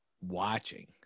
watching